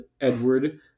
Edward